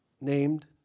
named